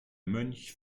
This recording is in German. mönch